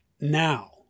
now